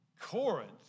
Corinth